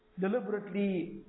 deliberately